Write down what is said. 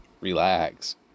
Relax